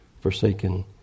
forsaken